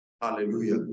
Hallelujah